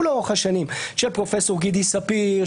לאורך השנים של פרופ' גידי ספיר,